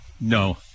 No